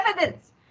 evidence